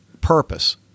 purpose